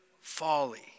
folly